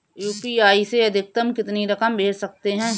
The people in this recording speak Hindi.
यू.पी.आई से अधिकतम कितनी रकम भेज सकते हैं?